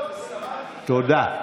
בסדר,